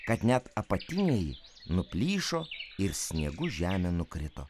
kad net apatiniai nuplyšo ir sniegu žemė nukrito